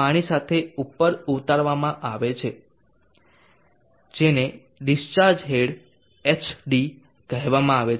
પાણી સાથે ઉપર ઉતારવામાં આવે છે જેને ડિસ્ચાર્જ હેડ hd કહેવામાં આવે છે